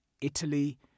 Italy